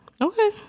Okay